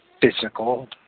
physical